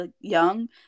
young